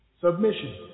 Submission